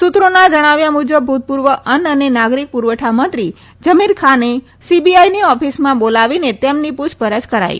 સૂત્રોના જણાવ્યા મુજબ ભૂતપૂર્વ અન્ન અને નાગરીક પુરવઠા મંત્રી ઝમીર ખાનને સીબીઆઈની ઓફિસમાં બોલાવીને તેમની પુછપરછ કરાઈ